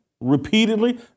repeatedly